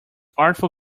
artful